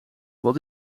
wat